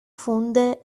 funde